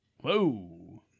Whoa